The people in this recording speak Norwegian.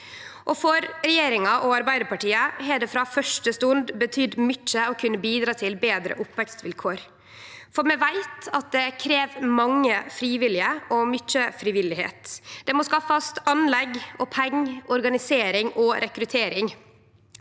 For regjeringa og Arbeidarpartiet har det frå første stund betydd mykje å kunne bidra til betre oppvekstvilkår. Vi veit at det krev mange frivillige og mykje frivilligheit. Det må skaffast anlegg og pengar. Vi må sikre organisering og rekruttering.